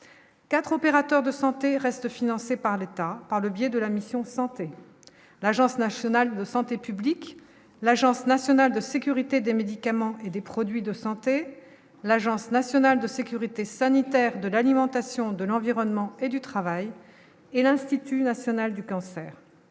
4 opérateurs de santé reste financé par l'État par le biais de la mission santé l'Agence nationale de santé publique, l'Agence Nationale de Sécurité des médicaments et des produits de santé, l'Agence nationale de sécurité sanitaire de l'alimentation, de l'environnement et du travail et l'Institut national du cancer,